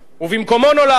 ובמקומו נולד,